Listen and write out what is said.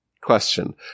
question